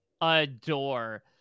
adore